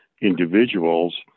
individuals